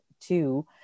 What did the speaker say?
two